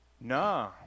Nah